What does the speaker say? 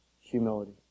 humility